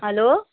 hello